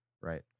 right